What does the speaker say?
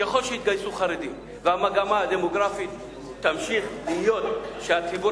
ככל שיתגייסו חרדים והמגמה הדמוגרפית תמשיך להיות שהציבור